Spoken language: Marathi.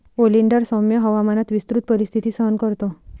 ओलिंडर सौम्य हवामानात विस्तृत परिस्थिती सहन करतो